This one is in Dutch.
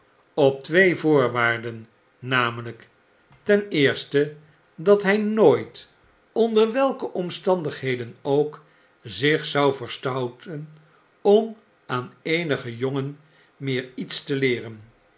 op twee voorwaarden namelijk dat hy nooit onder welke omstandigheden ook zich zou verstouten om aan eenigen jonsren meer iets te leeren